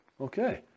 Okay